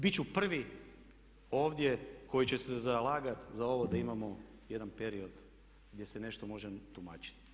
Bit ću prvi ovdje koji će se zalagat za ovo da imamo jedan period gdje se nešto može tumačiti.